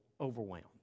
overwhelmed